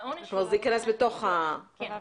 כן, העונש יתייחס לכולם.